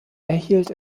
erhielt